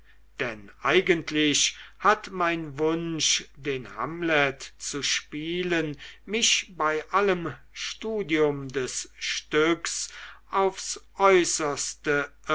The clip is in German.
denn eigentlich hat mein wunsch den hamlet zu spielen mich bei allem studium des stücks aufs äußerste